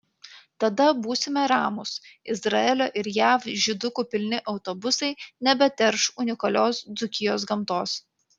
tada būsime ramūs izraelio ir jav žydukų pilni autobusai nebeterš unikalios dzūkijos gamtos